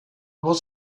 was